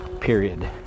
period